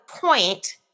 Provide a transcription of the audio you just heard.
point